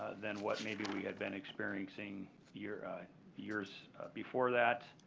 than what maybe we had been experiencing years years before that.